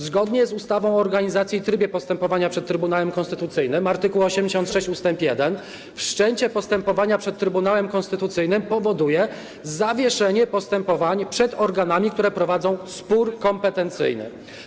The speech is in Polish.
Zgodnie z ustawą o organizacji i trybie postępowania przez Trybunałem Konstytucyjnym, art. 86 ust. 1, wszczęcie postępowania przed Trybunałem Konstytucyjnym powoduje zawieszenie postępowań przed organami, które prowadzą spór kompetencyjny.